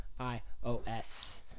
iOS